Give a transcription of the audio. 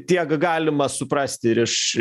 tiek galima suprasti ir iš